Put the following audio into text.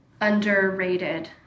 underrated